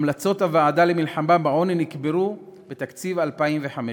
המלצות הוועדה למלחמה בעוני נקברו בתקציב 2015,